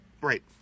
Right